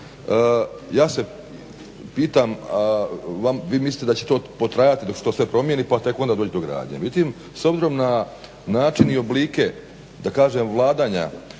ja se pitam, vi mislite da će to potrajati dok se to sve promjeni pa tek onda doći do gradnje. Međutim, s obzirom na način i oblike da kažem vladanja